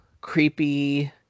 creepy